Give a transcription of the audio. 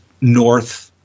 North